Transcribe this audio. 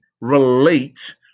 relate